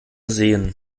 sähen